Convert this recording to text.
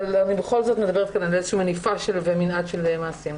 אבל אני בכל זאת מדברת כאן על איזשהו מניפה או מנעד של מעשים.